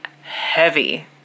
heavy